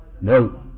No